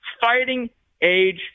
fighting-age